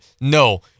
No